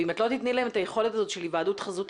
ואם את לא תיתני להם את היכולת הזאת של היוועדות חזותית,